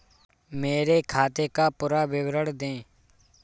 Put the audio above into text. मेरे खाते का पुरा विवरण दे?